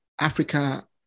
Africa